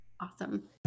Awesome